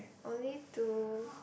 only two